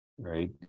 Right